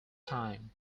time